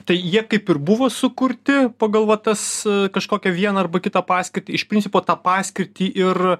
tai jie kaip ir buvo sukurti pagal va tas kažkokią vieną arba kitą paskirtį iš principo tą paskirtį ir